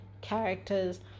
characters